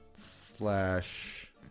slash